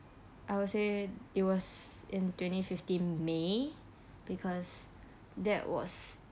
I would say it was in twenty fifteen may because that was